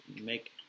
make